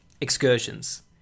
excursions